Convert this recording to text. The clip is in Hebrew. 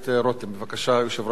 יושב-ראש ועדת החוקה, חוק ומשפט.